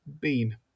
Bean